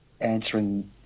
answering